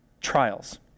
trials